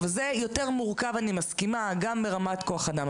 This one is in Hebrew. אני מסכימה שזה יותר מורכב גם ברמת כוח-אדם.